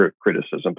criticism